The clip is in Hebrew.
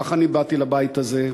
כך אני באתי לבית הזה,